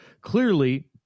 clearly